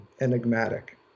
enigmatic